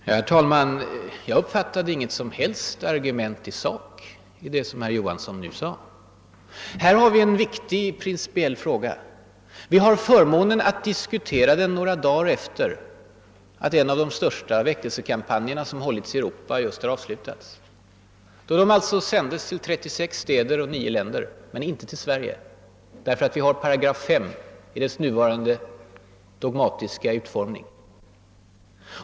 Herr talman! Jag uppfattade inget som helst argument i sak i det som herr Johansson i Trollhättan nu sade. Här har vi en viktig principiell fråga. Vi har förmånen att diskutera den några dagar efter att en av de största väckelsekampanjer, som har hållits i Europa, just avslutats. Den har sänts till 36 städer och 9 länder men inte till Sverige. Vi har nämligen 5 § i radiolagen i dess nuvarande dogmatiska utformning.